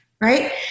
right